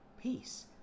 peace